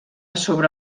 sobre